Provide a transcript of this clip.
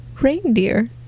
Reindeer